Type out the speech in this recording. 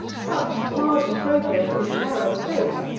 such sardy progress, in a narrow space,